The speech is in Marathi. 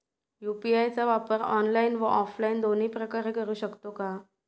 यू.पी.आय चा वापर ऑनलाईन व ऑफलाईन दोन्ही प्रकारे करु शकतो का?